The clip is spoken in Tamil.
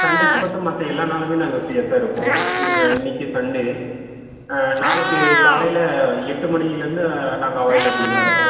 சண்டே தவிர்த்து மற்ற எல்லா நாளுமே நாங்கள் ஃப்ரீயாக தான் இருப்போம் இ இன்றைக்கி சண்டே நாளைக்கு காலையில் எட்டு மணியிலருந்து நாங்கள் அவைளபிலில் தான் இருப்போம்